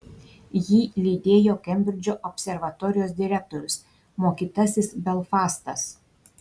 jį lydėjo kembridžo observatorijos direktorius mokytasis belfastas